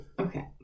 Okay